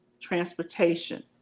transportation